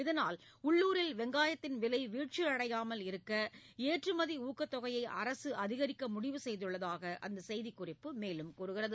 இதனால் உள்ளுரில் வெங்காயத்தின் விலை வீழ்ச்சியடையாமல் இருக்க ஏற்றுமதி ஊக்கத்தொகையை அரசு அதிகரிக்க முடிவு செய்துள்ளதாக அந்த செய்தி குறிப்பு மேலும் தெரிவிக்கிறது